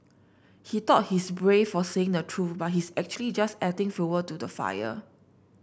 he thought he's brave for saying the truth but he's actually just adding fuel to the fire